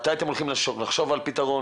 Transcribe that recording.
מתי אתם הולכים לחשוב על פתרון.